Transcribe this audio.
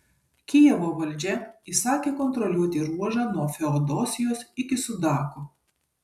kijevo valdžia įsakė kontroliuoti ruožą nuo feodosijos iki sudako